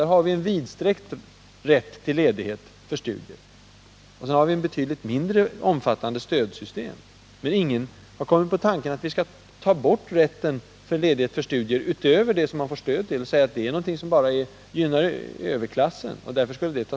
Där har vi infört en vidsträckt rätt till ledighet för studier samtidigt som vi har ett studiestödssystem som är betydligt mindre omfattande. Men ingen har kommit på tanken att vi skulle ta bort rätten till ledighet för studier utöver den ledighet som det utgår ekonomiskt stöd för. Ingen har sagt, att det är någonting som bara gynnar överklassen och att det därför skulle tas bort.